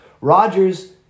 Rodgers